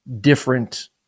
different –